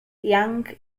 yang